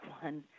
one